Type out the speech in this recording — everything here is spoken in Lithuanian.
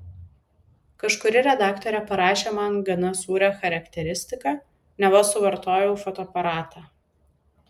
kažkuri redaktorė parašė man gana sūrią charakteristiką neva suvartojau fotoaparatą